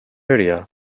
area